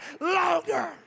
longer